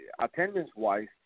attendance-wise